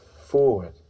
forward